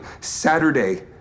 Saturday